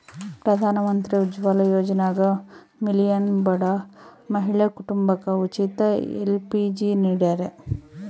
ಪ್ರಧಾನಮಂತ್ರಿ ಉಜ್ವಲ ಯೋಜನ್ಯಾಗ ಮಿಲಿಯನ್ ಬಡ ಮಹಿಳಾ ಕುಟುಂಬಕ ಉಚಿತ ಎಲ್.ಪಿ.ಜಿ ನಿಡ್ಯಾರ